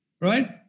right